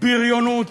בריונות,